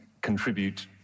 contribute